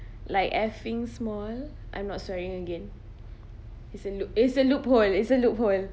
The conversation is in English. like effing small I'm not swearing again it's a loop~ it's a loophole it's a loophole